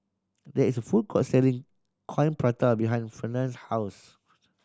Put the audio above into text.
there is a food court selling Coin Prata behind Fernand's house